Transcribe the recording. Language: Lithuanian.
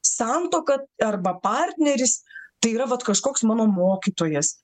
santuoka arba partneris tai yra vat kažkoks mano mokytojas